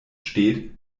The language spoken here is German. steht